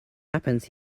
happens